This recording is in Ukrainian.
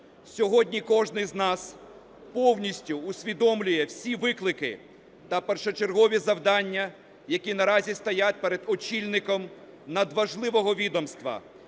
Сьогодні кожен із нас повністю усвідомлює всі виклики та першочергові завдання, які наразі стоять перед очільником надважливого відомства,